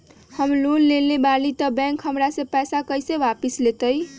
हम लोन लेलेबाई तब बैंक हमरा से पैसा कइसे वापिस लेतई?